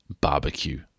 barbecue